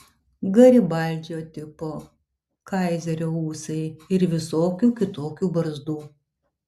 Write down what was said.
garibaldžio tipo kaizerio ūsai ir visokių kitokių barzdų